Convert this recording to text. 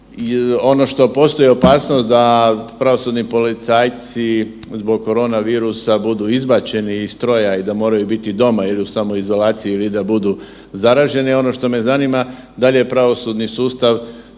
Ono što postoji opasnost da pravosudni policajci zbog korona virusa budu izbačeni iz stroja i da moraju biti doma ili u samoizolaciji ili da budu zaraženi, ono što me zanima da li je pravosudni sustav